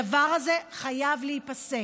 הדבר הזה חייב להיפסק.